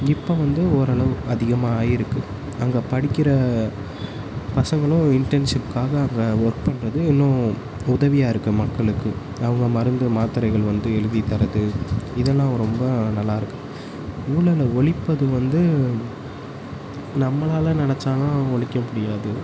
இப்போ வந்து ஓரளவு அதிகமாக ஆயிருக்குது அங்கே படிக்கிற பசங்களும் இன்டன்ஷிப்காக அங்கே ஒர்க் பண்ணுறது இன்னும் உதவியாக இருக்குது மக்களுக்கு அவங்க மருந்து மாத்திரைகள் வந்து எழுதித் தரது இதெல்லாம் ரொம்ப நல்லாயிருக்கு ஊழல ஒழிப்பது வந்து நம்மளால் நினைச்சாலாம் ஒழிக்க முடியாது